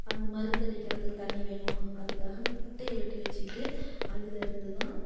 அந்த மருந்தடிக்கிறத்துக்கு தண்ணி வேணும் அதுக்காக அந்த குட்டையை வெட்டி வச்சிக்கிட்டு அதுலருந்து தான்